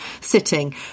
sitting